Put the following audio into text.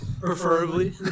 Preferably